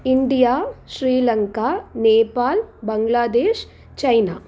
India Sri Lanka Nepal Bangladesh China